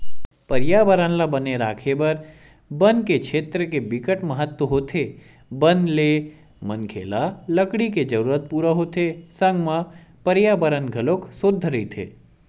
परयाबरन ल बने राखे बर बन छेत्र के बिकट महत्ता होथे बन ले मनखे ल लकड़ी के जरूरत पूरा होथे संग म परयाबरन घलोक सुद्ध रहिथे